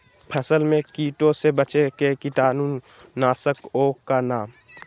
फसल में कीटों से बचे के कीटाणु नाशक ओं का नाम?